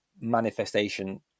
manifestation